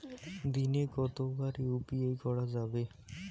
দিনে কতবার ইউ.পি.আই করা যাবে?